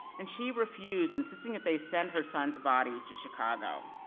and she refused, insisting that they send her sons body to chicago,